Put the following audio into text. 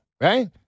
right